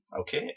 Okay